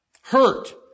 hurt